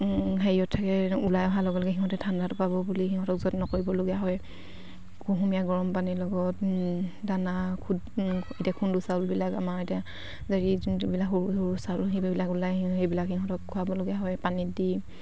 হেৰিয়ত থাকে ওলাই অহাৰ লগে লগে সিহঁতে ঠাণ্ডাটো পাব বুলি সিহঁতক যত্ন কৰিবলগীয়া হয় কুহুমীয়া গৰম পানীৰ লগত দানা এতিয়া খুন্দো চাউলবিলাক আমাৰ এতিয়া যোন যোনবিলাক সৰু সৰু চাউল সেইবিলাক ওলাই সেইবিলাক সিহঁতক খোৱাবলগীয়া হয় পানীত দি